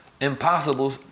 Impossible